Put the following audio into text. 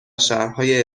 شهرهای